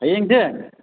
ꯍꯌꯦꯡꯁꯦ